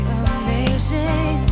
amazing